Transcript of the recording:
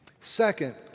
Second